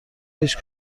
هیچ